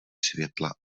světla